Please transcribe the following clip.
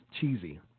cheesy